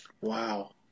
Wow